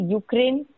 ukraine